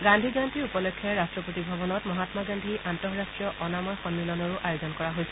গান্ধী জয়ন্তী উপলক্ষে ৰাট্টপতি ভৱনত মহামা গান্ধী আন্তঃৰাষ্ট্ৰীয় অনাময় সন্মিলনৰো আয়োজন কৰা হৈছে